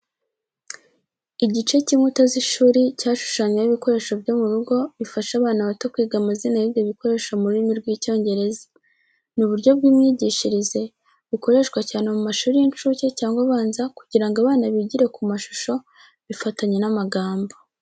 Igice cy’inkuta z’ishuri cyashushanyweho ibikoresho byo mu rugo bifasha abana bato kwiga amazina y’ibyo bikoresho mu rurimi rw’Icyongereza. Ni uburyo bw’imyigishirize, bukoreshwa cyane mu mashuri y’incuke cyangwa abanza kugira ngo abana bigire ku mashusho bifatanye n’amagambo.